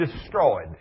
destroyed